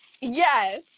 Yes